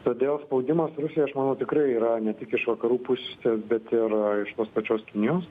todėl spaudimas rusijai aš manau tikrai yra ne tik iš vakarų pusės bet ir iš tos pačios kinijos